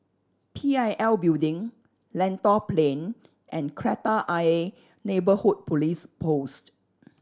P I L Building Lentor Plain and Kreta Ayer Neighbourhood Police Post